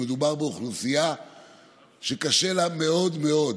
מדובר באוכלוסייה שקשה לה מאוד מאוד: